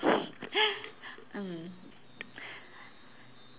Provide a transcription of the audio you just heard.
mm